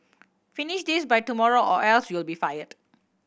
finish this by tomorrow or else you'll be fired